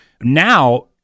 Now